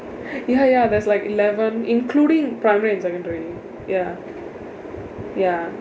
ya ya there's like eleven including primary and secondary ya ya